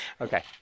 Okay